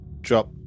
drop